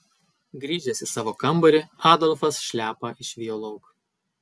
grįžęs į savo kambarį adolfas šliapą išvijo lauk